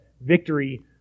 victory